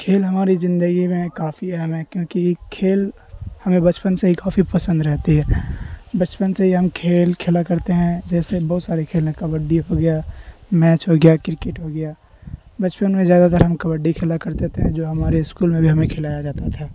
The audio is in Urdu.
کھیل ہماری زندگی میں کافی اہم ہے کیونکہ کھیل ہمیں بچپن سے ہی کافی پسند رہتی ہے بچپن سے ہی ہم کھیل کھیلا کرتے ہیں جیسے بہت سارے کھیل ہیں کبڈی ہو گیا میچ ہو گیا کرکٹ ہو گیا بچپن میں زیادہ تر ہم کبڈی کھیلا کرتے تھے جو ہمارے اسکول میں بھی ہمیں کھلایا جاتا تھا